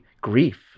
grief